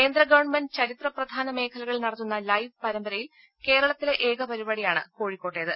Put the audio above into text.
കേന്ദ്ര ഗവൺമെന്റ് ചരിത്ര പ്രധാന മേഖലകളിൽ നടത്തുന്ന ലൈവ് പരമ്പരയിൽ കേരളത്തിലെ ഏക പരിപാടിയാണ് കോഴിക്കോട്ടേത്